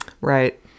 right